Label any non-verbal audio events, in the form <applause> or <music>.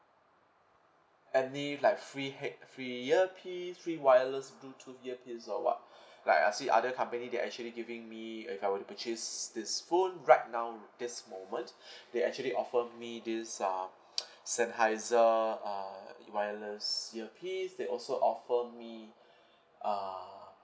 any like free head free earpiece free wireless bluetooth earpiece or what <breath> like I see other company they're actually giving me if I were to purchase this phone right now this moment <breath> they actually offer me this um sennheiser uh wireless earpiece they also offer me <breath> uh